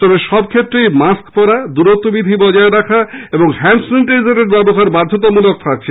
তবে সব ক্ষেত্রেই মাস্ক পরা দূরত্ববিধি বজায় রাখা ও হ্যান্ড স্যানিটাইজারের ব্যবহার বাধ্যতামূলক থাকছে